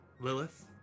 Lilith